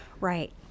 Right